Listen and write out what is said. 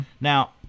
Now